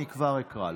כבר אקרא לו.